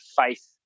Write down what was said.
faith